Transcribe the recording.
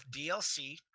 DLC